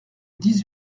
dix